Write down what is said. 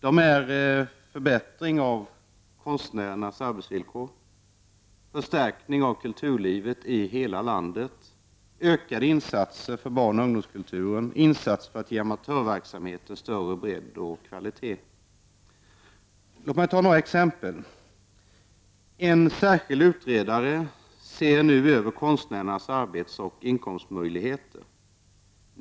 Dessa är förbättring av konstnärernas arbetsvillkor, förstärkning av kulturlivet i hela landet, ökade insatser för barnoch ungdomskulturen samt insatser för att ge amatörverksamheten större bredd och kvalitet. Låt mig ta några exempel. En särskild utredare ser nu över konstnärernas arbetsoch inkomstmöjligheter.